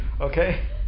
Okay